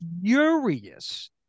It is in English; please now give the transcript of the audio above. furious